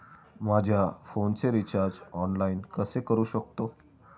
माझ्या फोनचे recharge online कसे करू शकतो?